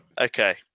Okay